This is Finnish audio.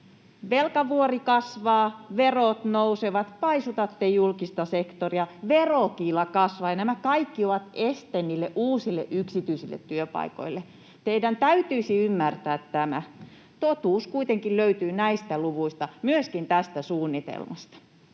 Velkavuori kasvaa, verot nousevat, paisutatte julkista sektoria, verokiila kasvaa. Nämä kaikki ovat este niille uusille yksityisille työpaikoille, teidän täytyisi ymmärtää tämä. Totuus kuitenkin löytyy näistä luvuista, myöskin tästä suunnitelmasta.